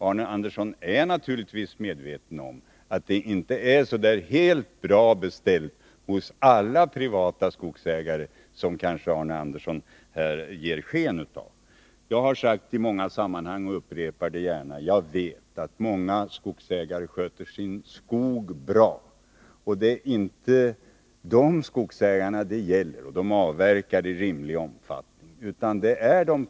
Arne Andersson är också medveten om att det inte är så helt väl beställt hos alla privata skogsägare som han här givit sken av. Jag har sagt i många sammanhang och upprepar det gärna: Jag vet att många skogsägare sköter sin skog bra, och det är inte de skogsägarna som det här gäller. De avverkar i rimlig omfattning.